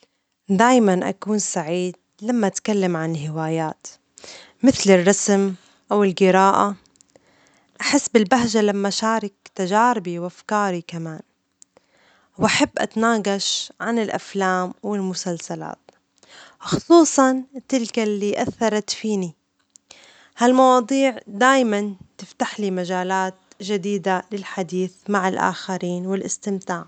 دايماً أكون سعيد لما أتكلم عن هواياتي مثل الرسم أو الجراءة، أحس بالبهجة لما أشارك تجاربي وأفكاري كمان، وأحب أتناجش عن الأفلام والمسلسلات، خصوصا تلك اللي أثرت فيني، هالمواضيع دايما تفتح لي مجالات جديدة للحديث مع الآخرين والاستمتاع.